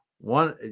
one